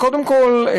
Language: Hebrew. קודם כול,